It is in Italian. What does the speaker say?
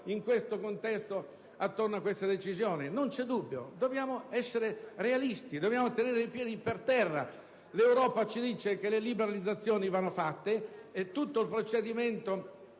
in questo contesto, attorno a questa decisione? Non c'è dubbio: dobbiamo essere realisti, tenere i piedi per terra. L'Europa ci dice che le liberalizzazioni vanno fatte: il procedimento